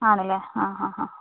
ആണല്ലേ ആ ആ ആ